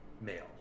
male